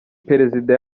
perezida